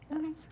Yes